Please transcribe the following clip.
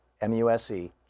M-U-S-E